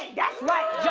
that's right!